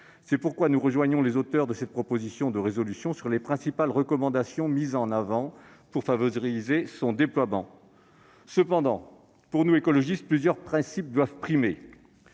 C'est pourquoi nous rejoignons les auteurs de cette proposition de résolution sur les principales recommandations formulées pour favoriser son déploiement. Toutefois, pour nous, écologistes, plusieurs principes doivent primer.